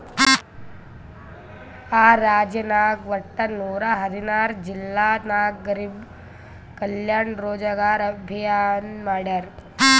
R ರಾಜ್ಯನಾಗ್ ವಟ್ಟ ನೂರಾ ಹದಿನಾರ್ ಜಿಲ್ಲಾ ನಾಗ್ ಗರಿಬ್ ಕಲ್ಯಾಣ ರೋಜಗಾರ್ ಅಭಿಯಾನ್ ಮಾಡ್ಯಾರ್